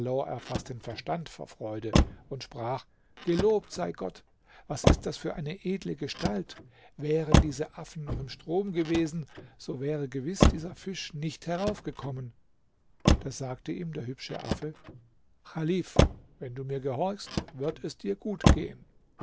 fast den verstand vor freude und sprach gelobt sei gott was ist das für eine edle gestalt wären diese affen noch im strom gewesen so wäre gewiß dieser fisch nicht heraufgekommen da sagte ihm der hübsche affe chalif wenn du mir gehorchst wird es dir gut gehen